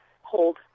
hold